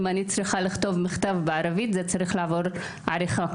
ואם אני צריכה לכתוב מכתב בערבית זה צריך לעבור עריכה,